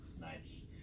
Nice